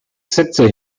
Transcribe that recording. sätze